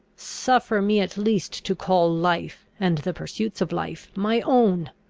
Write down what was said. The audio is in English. suffer me at least to call life, and the pursuits of life, my own!